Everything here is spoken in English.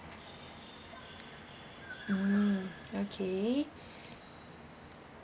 mm okay